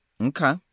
Okay